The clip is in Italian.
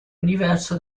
universo